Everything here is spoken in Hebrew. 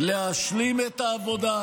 להשלים את העבודה.